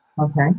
Okay